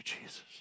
Jesus